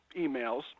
emails